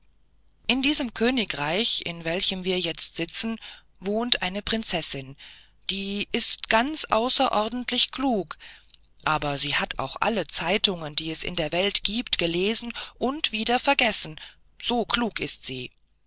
in diesem königreich in welchem wir jetzt sitzen wohnt eine prinzessin die ist ganz außerordentlich klug aber sie hat auch alle zeitungen die es in der welt giebt gelesen und wieder vergessen so klug ist sie